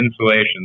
insulation